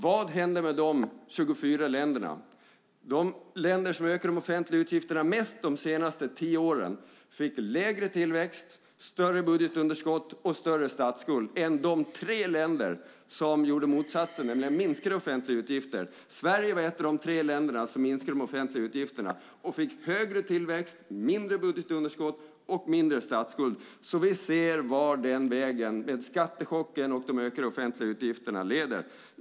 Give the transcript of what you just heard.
Vad hände med de 24 länderna? De länder som ökade de offentliga utgifterna mest de senaste tio åren fick lägre tillväxt, större budgetunderskott och större statsskuld än de tre länder som gjorde motsatsen, nämligen minskade offentliga utgifter. Sverige var ett av de tre länder som minskade de offentliga utgifterna och fick högre tillväxt, mindre budgetunderskott och mindre statsskuld. Vi ser vart vägen med skattechock och ökade offentliga utgifter leder.